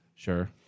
Sure